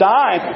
die